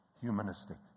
humanistic